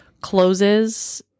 closes